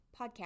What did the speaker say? podcast